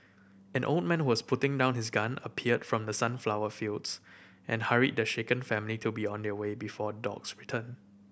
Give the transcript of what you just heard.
an old man who was putting down his gun appeared from the sunflower fields and hurried the shaken family to be on their way before dogs return